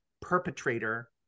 perpetrator